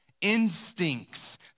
instincts